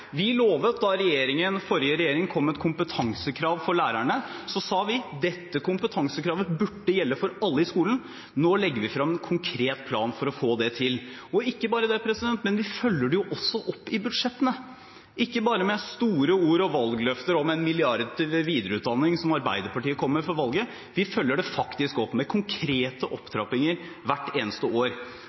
styre lovet vi femårig masterutdanning, og nå har vi lagt frem den konkrete planen for det. Da den forrige regjeringen kom med et kompetansekrav for lærerne, sa vi at dette kompetansekravet burde gjelde for alle i skolen. Nå legger vi frem en konkret plan for å få det til. Og ikke bare det: Vi følger det også opp i budsjettene, ikke bare med store ord og valgløfter om milliarder til videreutdanning, som Arbeiderpartiet kom med før valget – vi følger det faktisk opp med konkrete